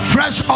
Fresh